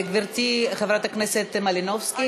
גברתי חברת הכנסת מלינובסקי,